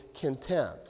content